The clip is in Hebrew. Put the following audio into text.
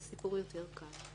זה סיפור יותר קל.